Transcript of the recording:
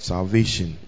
Salvation